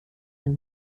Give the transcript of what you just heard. eine